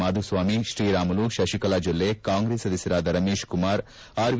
ಮಾಧುಸ್ಥಾಮಿ ಶ್ರೀರಾಮುಲು ಶಶಿಕಲಾ ಜೊಲ್ಲೆ ಕಾಂಗ್ರೆಸ್ ಸದಸ್ಯರಾದ ರಮೇಶ್ಕುಮಾರ್ ಆರ್ಎ